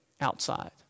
outside